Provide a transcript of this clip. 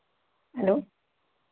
hello